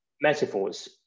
metaphors